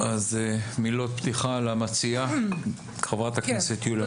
מילות פתיחה למציעה, חברת הכנסת יוליה מלינובסקי.